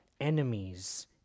enemies